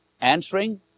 answering